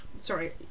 sorry